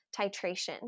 titration